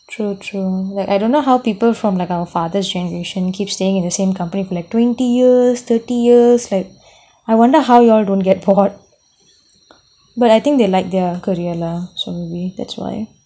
true true like I don't know how people from like our father's generation keep staying in the same company for like twenty years thirty years like I wonder how you all don't get bored but I think they like their career lah so maybe that's why